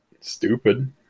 stupid